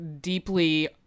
deeply